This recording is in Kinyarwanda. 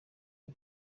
ivu